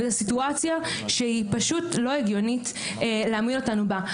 וזו סיטואציה שפשוט לא הגיוני להעמיד אותנו בה.